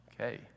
okay